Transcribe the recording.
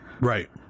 Right